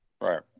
right